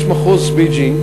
יש מחוז בייג'ין,